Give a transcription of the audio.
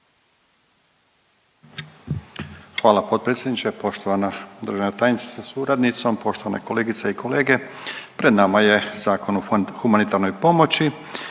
Hvala potpredsjedniče. Poštovana državna tajnice sa suradnicom, poštovane kolegice i kolege, pred nama je Zakon o humanitarnoj pomoći,